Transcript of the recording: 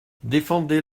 défendez